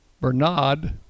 Bernard